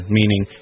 meaning